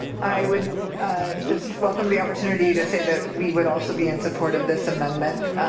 i would just welcome the opportunity to say that we would also be in support of this amendment.